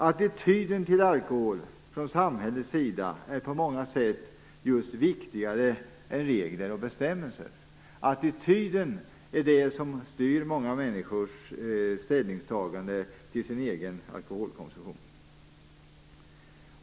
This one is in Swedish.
Attityden till alkohol från samhällets sida är på många sätt viktigare än regler och bestämmelser. Attityden är det som styr många människors ställningstagande till sin egen alkoholkonsumtion.